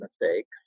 mistakes